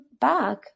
back